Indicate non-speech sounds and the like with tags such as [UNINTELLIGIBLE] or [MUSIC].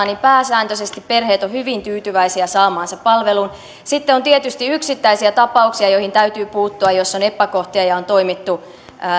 [UNINTELLIGIBLE] niin pääsääntöisesti perheet ovat hyvin tyytyväisiä saamaansa palveluun sitten on tietysti yksittäisiä tapauksia joihin täytyy puuttua jos on epäkohtia ja on esimerkiksi toimittu